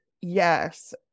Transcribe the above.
yes